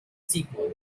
sigmund